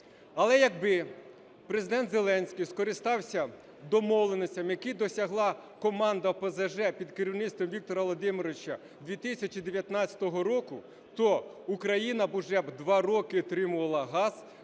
Але якби Президент Зеленський скористався домовленостями, яких досягла команда ОПЗЖ під керівництвом Віктора Володимировича 2019 року, то Україна уже б два роки отримувала газ